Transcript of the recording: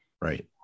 Right